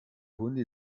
hunde